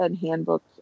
handbooks